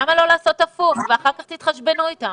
למה לא לעשות הפוך ואחר כך תתחשבנו אתם?